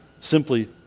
simply